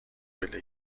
پله